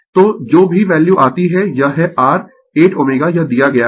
तो जो भी वैल्यू आती है यह है r 8 Ω यह दिया गया है